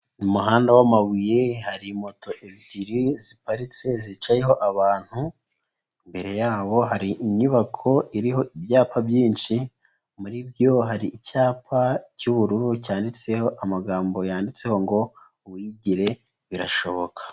Mu muhanda wamabuye hari moto ebyiri ziparitse, zicayeho abantu, imbere yabo hari inyubako iriho ibyapa byinshi muri byo hari icyapa cy'ubururu cyanditseho amagambo yanditseho ngo wigire birashoboka.